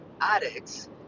addicts